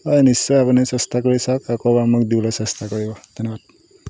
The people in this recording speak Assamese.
হয় নিশ্চয় আপুনি চেষ্টা কৰি চাওক আকৌ এবাৰ মোক দিবলৈ চেষ্টা কৰিব ধন্যবাদ